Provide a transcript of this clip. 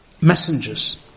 messengers